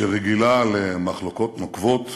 שרגילה למחלוקות נוקבות,